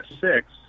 six